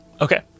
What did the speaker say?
Okay